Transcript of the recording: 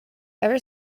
ever